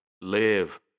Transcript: Live